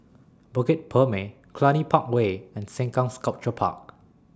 Bukit Purmei Cluny Park Way and Sengkang Sculpture Park